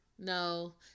No